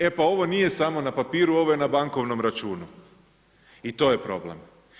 E, pa ovo nije samo na papiru, ovo je na bankovnom računu i to je problem.